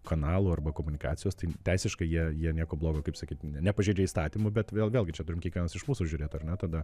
kanalų arba komunikacijos tai teisiškai jie jie nieko blogo kaip sakyt nepažeidžia įstatymų bet vėl vėlgi čia turim kiekvienas iš mūsų žiūrėt ar ne tada